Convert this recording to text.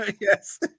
Yes